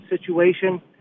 situation